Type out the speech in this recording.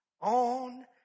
on